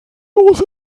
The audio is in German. los